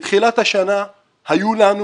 בתחילת השנה היו לנו